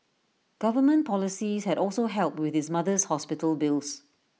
government policies had also helped with his mother's hospital bills